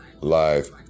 Live